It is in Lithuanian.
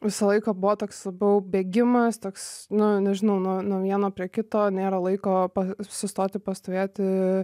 visą laiką buvo toks labiau bėgimas toks na nežinau nuo vieno prie kito nėra laiko sustoti pastovėti